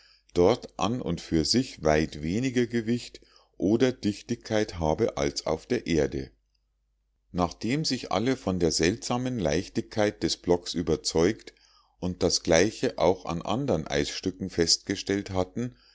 dort an und für sich weit weniger gewicht oder dichtigkeit habe als auf der erde nachdem sich alle von der seltsamen leichtigkeit des blocks überzeugt und das gleiche auch an andern eisstücken festgestellt hatten